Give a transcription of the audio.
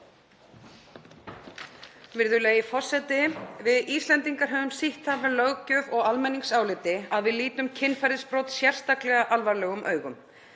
Virðulegi forseti. Við Íslendingar höfum sýnt það með löggjöf og almenningsáliti að við lítum kynferðisbrot sérstaklega alvarlegum augum.